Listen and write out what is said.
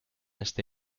este